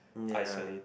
ya